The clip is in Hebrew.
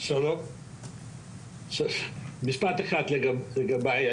משפט אחד לגביי.